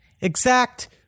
exact